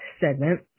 segment